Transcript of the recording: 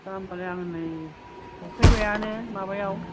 दा होनबालाय नै आङो सफैबायानो माबायाव